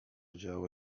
działo